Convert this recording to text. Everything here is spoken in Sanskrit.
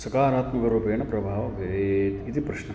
सकारात्मकरूपेण प्रभावः भवेत् इति प्रश्नः